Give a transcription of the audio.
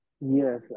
yes